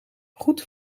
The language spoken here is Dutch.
goed